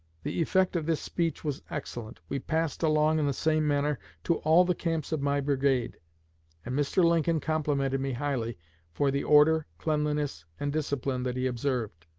the effect of this speech was excellent. we passed along in the same manner to all the camps of my brigade and mr. lincoln complimented me highly for the order, cleanliness, and discipline that he observed.